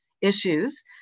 issues